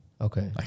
Okay